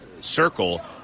circle